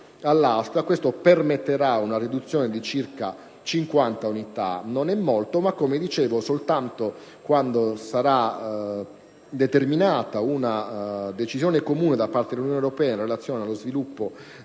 Questo permetterà una riduzione di circa 50 unità; non è molto, ma, come dicevo, soltanto quando sarà determinata una decisione comune da parte dell'Unione europea in relazione allo sviluppo